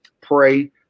pray